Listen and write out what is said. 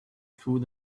through